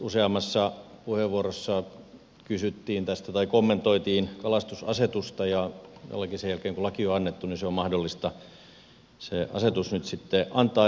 useammassa puheenvuorossa kysyttiin kalastusasetuksesta tai kommentoitiin sitä ja todellakin sen jälkeen kun laki on annettu on mahdollista se asetus antaa